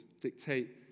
dictate